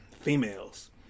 females